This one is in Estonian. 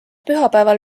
pühapäeval